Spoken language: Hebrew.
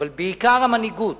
אבל בעיקר המנהיגות,